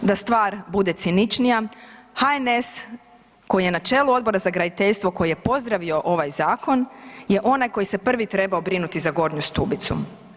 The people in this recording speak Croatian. Da stvar bude ciničnija, HNS koji je na čelu Odbora za graditeljstvo koji je pozdravio ovaj zakon je onaj koji se prvi trebao brinuti za Gornju Stubicu.